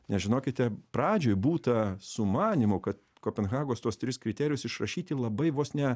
nes žinokite pradžioj būta sumanymų kad kopenhagos tuos tris kriterijus išrašyti labai vos ne